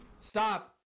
stop